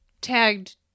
tagged